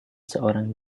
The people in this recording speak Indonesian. seorang